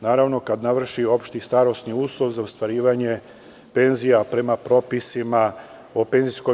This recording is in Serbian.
Naravno, kada navrši opšti starosni uslov za ostvarivanje penzija prema propisima PIO.